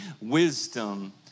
wisdom